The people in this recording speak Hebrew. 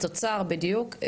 בתוצר בדיוק,